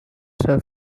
her